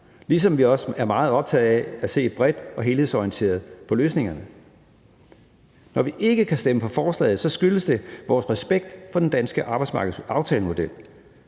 ligesom vi også er meget optaget af at se bredt og helhedsorienteret på løsningerne. Når vi ikke kan stemme for forslaget, skyldes det vores respekt for den danske arbejdsmarkedsaftalemodel.